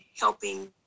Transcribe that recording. helping